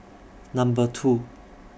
Number two